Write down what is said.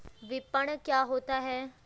विपणन क्या होता है?